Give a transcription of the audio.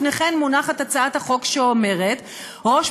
לפניכם מונחת הצעת החוק שאומרת שראש